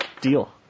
deal